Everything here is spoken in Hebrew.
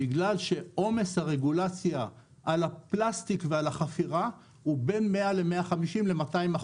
בגלל שעומס הרגולציה על הפלסטיק והחפירה הוא בין 100%-150%-200%,